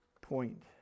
point